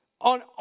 on